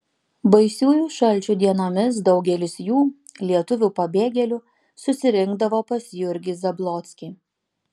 baisiųjų šalčių dienomis daugelis jų lietuvių pabėgėlių susirinkdavo pas jurgį zablockį